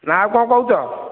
ନା ଆଉ କ'ଣ କହୁଛ